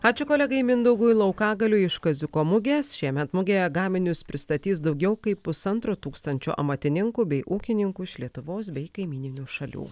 ačiū kolegai mindaugui laukagalių iš kaziuko mugės šiemet mugėje gaminius pristatys daugiau kaip pusantro tūkstančio amatininkų bei ūkininkų iš lietuvos bei kaimyninių šalių